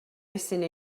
missing